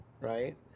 right